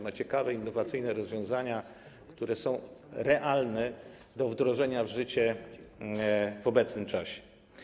Ma ciekawe, innowacyjne rozwiązania, które są realne do wdrożenia w życie w obecnym czasie.